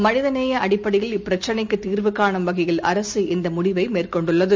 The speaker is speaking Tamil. மனிதநேயஅடிப்படையில் இப்பிரச்னைக்குத் தீர்வு கானும் வகையில் அரசு இந்தமுடிவைமேற்கொண்டுள்ளது